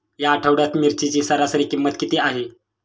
या आठवड्यात मिरचीची सरासरी किंमत किती आहे?